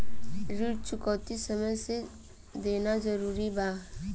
ऋण चुकौती समय से देना जरूरी बा?